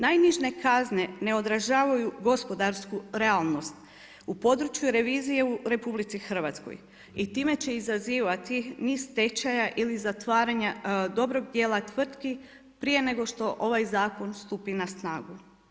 Najniže kazne ne odražavaju gospodarsku realnost u području revizije u RH i time će izazivati niz stečaja ili zatvaranja dobrog dijela tvrtki prije nego ovaj zakon stupi na snagu.